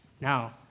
Now